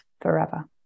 forever